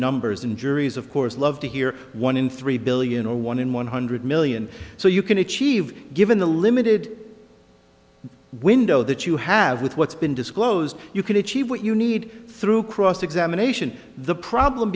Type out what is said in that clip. numbers and juries of course love to hear one in three billion or one in one hundred million so you can achieve given the limited window that you have with what's been disclosed you can achieve what you need through cross examination the problem